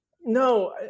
No